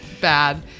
bad